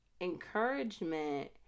encouragement